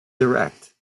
direct